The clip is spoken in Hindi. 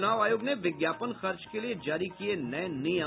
चुनाव आयोग ने विज्ञापन खर्च के लिए जारी किए नये नियम